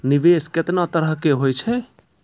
निवेश केतना तरह के होय छै?